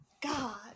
God